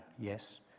yes